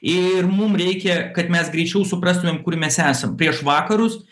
ir mum reikia kad mes greičiau suprastumėm kur mes esam prieš vakarus